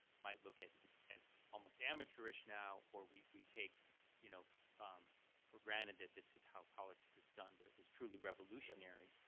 might look at as almost amateurish now, or we take you know um for granted that this is how politics is done, but it was truly revolutionary.